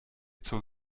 zur